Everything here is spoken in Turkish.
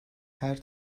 her